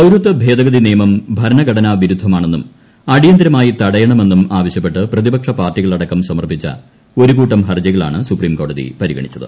പൌരത്വ ഭേദഗതി നിയമം ഭരണഘടനാ വിരുദ്ധമാണെന്നും അടിയന്തരമായി തടയണമെന്നും ആവശ്യപ്പെട്ട് പ്രതിപക്ഷ പാർട്ടികൾ അടക്കം സമർപ്പിച്ച ഒരുകൂട്ടം ഹർജികളാണ് സുപ്രീംകോടതി പരിഗണിച്ചത്